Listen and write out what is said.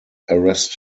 arrest